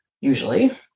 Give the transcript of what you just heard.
usually